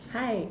hi